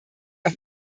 auf